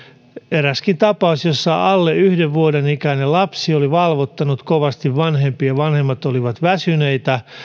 eräs tapaus jossa alle yhden vuoden ikäinen lapsi oli valvottanut kovasti vanhempia vanhemmat olivat väsyneitä